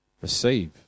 receive